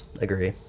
Agree